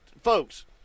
folks